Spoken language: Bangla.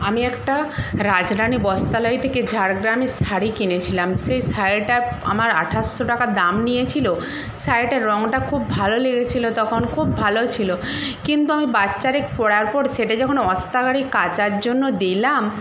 আমি একটা রাজরানি বস্ত্রালয় থেকে ঝাড়গ্রামে শাড়ি কিনেছিলাম সেই শাড়িটা আমার আঠাশশো টাকা দাম নিয়েছিল শাড়িটার রংটা খুব ভালো লেগেছিল তখন খুব ভালো ছিল কিন্তু আমি বার চারেক পরার পর সেটা যখন অস্তাগারে কাচার জন্য দিলাম